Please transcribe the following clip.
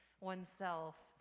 oneself